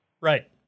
Right